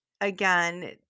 again